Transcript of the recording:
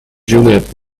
juliet